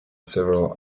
several